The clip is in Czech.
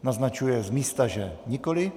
Naznačuje z místa, že nikoliv.